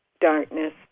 darkness